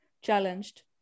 challenged